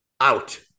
Out